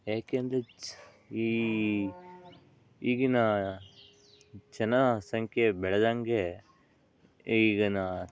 ಏಕೆಂದ್ರೆ ಚ್ಚ್ ಈ ಈಗಿನ ಜನ ಸಂಖ್ಯೆ ಬೆಳದಂತೆ ಈಗಿನ